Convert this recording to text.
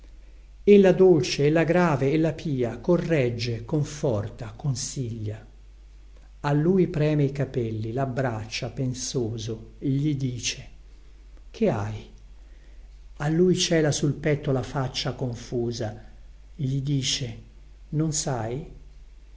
figlia ella dolce ella grave ella pia corregge conforta consiglia a lui preme i capelli labbraccia pensoso gli dice che hai a lui cela sul petto la faccia confusa gli dice non sai